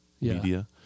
media